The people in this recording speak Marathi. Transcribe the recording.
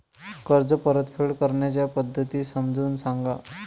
कर्ज परतफेड करण्याच्या पद्धती समजून सांगा